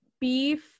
beef